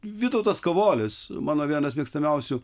vytautas kavolis mano vienas mėgstamiausių